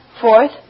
Fourth